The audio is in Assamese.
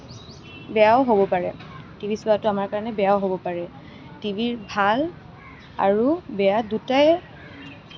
বেয়াও হ'ব পাৰে টিভি চোৱাটো আমাৰ কাৰণে বেয়াও হ'ব পাৰে টিভিৰ ভাল আৰু বেয়া দুটাই